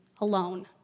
alone